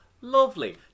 Lovely